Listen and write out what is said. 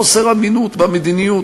חוסר אמינות במדיניות,